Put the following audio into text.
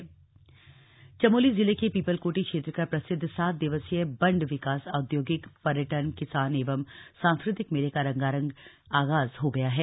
बंड विकास मेला चमोली जिले के पीपलकोटी क्षेत्र का प्रसिद्ध सात दिवसीय बंड विकास औद्योगिक पर्यटन किसान एवं सांस्कृतिक मेले का रंगारंग आगाज हो गया है